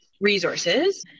resources